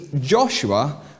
Joshua